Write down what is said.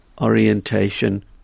orientation